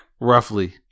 Roughly